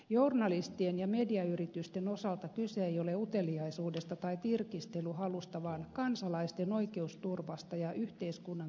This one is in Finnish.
journalistien ja mediayritysten osalta kyse ei ole uteliaisuudesta tai tirkistelyhalusta vaan kansalaisten oikeusturvasta ja yhteiskunnan toimivuudesta